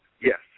Yes